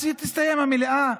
אז תסתיים המליאה,